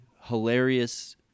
hilarious